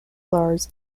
lars